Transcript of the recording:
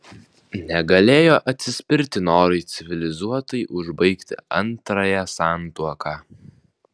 negalėjo atsispirti norui civilizuotai užbaigti antrąją santuoką